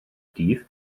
dydd